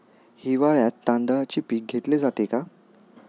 हिवाळ्यात तांदळाचे पीक घेतले जाते का?